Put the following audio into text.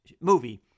movie